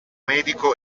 medico